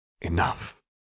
Enough